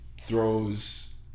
throws